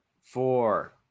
four